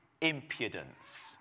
impudence